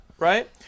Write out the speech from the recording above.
right